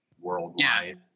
worldwide